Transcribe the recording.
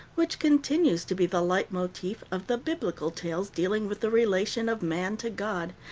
which continues to be the leit-motif of the biblical tales dealing with the relation of man to god,